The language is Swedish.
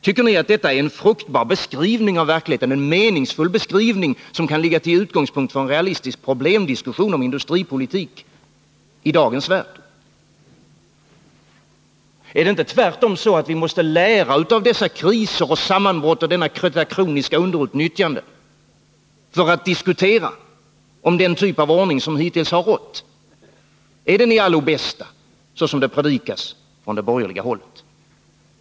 Tycker ni att detta är en fruktbar och meningsfull verklighetsbeskrivning som kan vara utgångspunkt för en realistisk problemdiskussion om industripolitik i dagens värld? Är det inte tvärtom så att vi måste lära av dessa kriser och sammanbrott samt av detta kroniska underutnyttjande för att kunna diskutera om den typ av utveckling som hittills har rått är den i allom bästa, som det predikas från borgerligt håll?